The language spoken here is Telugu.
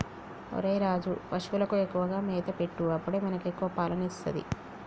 ఒరేయ్ రాజు, పశువులకు ఎక్కువగా మేత పెట్టు అప్పుడే మనకి ఎక్కువ పాలని ఇస్తది